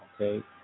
okay